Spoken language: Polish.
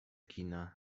kina